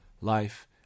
life